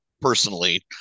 personally